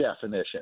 definition